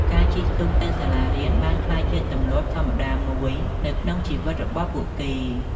ការជិះទូកទៅសាលារៀនបានក្លាយជាទម្លាប់ធម្មតាមួយនៅក្នុងជីវិតរបស់ពួកគេ។